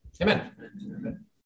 Amen